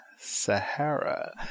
Sahara